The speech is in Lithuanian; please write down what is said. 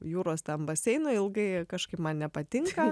jūros ten baseino ilgai kažkaip man nepatinka